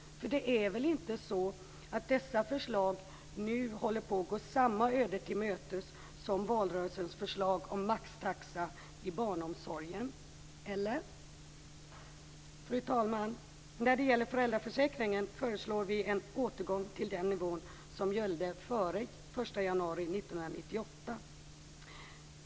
Det är väl inte så att dessa förslag nu håller på att gå samma öde till mötes som valrörelsens förslag om maxtaxa i barnomsorgen, eller? Fru talman! När det gäller föräldraförsäkringen föreslår vi en återgång till den nivå som gällde före den 1 januari 1998.